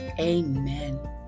amen